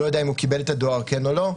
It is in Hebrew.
אני לא יודע אם הוא קיבל את הדואר, כן או לא.